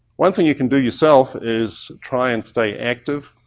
one thing you can do yourself is try and stay active,